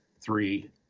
three